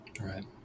right